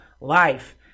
life